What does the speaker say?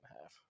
half